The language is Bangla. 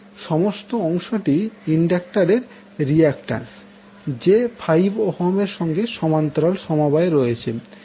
এবং সমস্ত অংশটি ইন্ডাক্টরের রিয়াক্ট্যান্স j5Ω এর সঙ্গে সমান্তরাল সমবায়ে রয়েছে